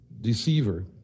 deceiver